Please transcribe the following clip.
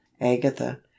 agatha